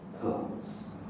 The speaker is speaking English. comes